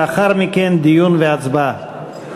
לאחר מכן, דיון והצבעה.